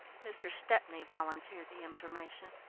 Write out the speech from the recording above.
mr. stepney volunteered the information.